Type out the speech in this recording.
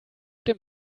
dem